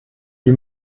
die